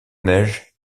neige